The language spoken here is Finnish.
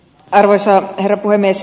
arvoisa herra puhemies